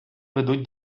ведуть